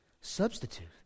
Substitute